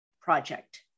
project